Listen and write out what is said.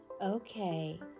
Okay